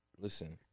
Listen